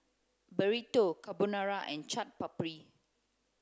Burrito Carbonara and Chaat Papri